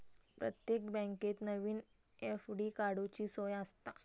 प्रत्येक बँकेत नवीन एफ.डी काडूची सोय आसता